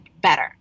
better